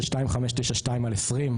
2592/202,